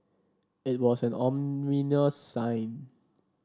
it was an ominous sign